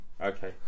okay